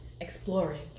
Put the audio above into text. exploring